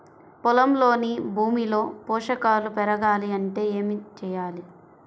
పొలంలోని భూమిలో పోషకాలు పెరగాలి అంటే ఏం చేయాలి?